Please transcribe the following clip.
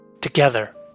together